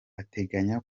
ateganya